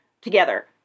together